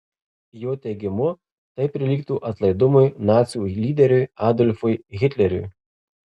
jo teigimu tai prilygtų atlaidumui nacių lyderiui adolfui hitleriui